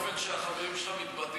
זה קשור לאופן שהחברים שלך מתבטאים,